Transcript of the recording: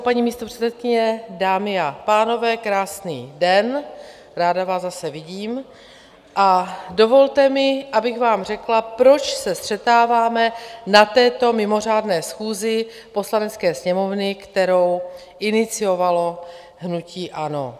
Paní místopředsedkyně, dámy a pánové, krásný den, ráda vás zase vidím, a dovolte mi, abych vám řekla, proč se střetáváme na této mimořádné schůzi Poslanecké sněmovny, kterou iniciovalo hnutí ANO.